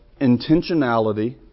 intentionality